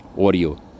audio